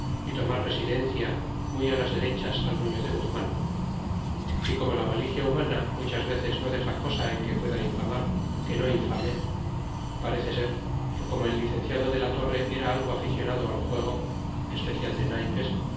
y tomar residencia muy á las derechas al nufio de guzman y como la malicia humana muchas veces no dexa cosa en que pueda infamar que no infame parece ser que como el licenciado de la torre era algo aficionado al juego especial de naypes